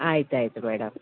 ಆಯ್ತು ಆಯಿತು ಮೇಡಮ್